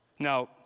Now